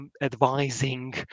advising